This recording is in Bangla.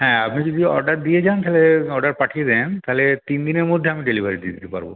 হ্যাঁ আপনি যদি অর্ডার দিয়ে যান তাহলে অর্ডার পাঠিয়ে দেন তাহলে তিন দিনের মধ্যে আমি ডেলিভারি দিয়ে দিতে পারবো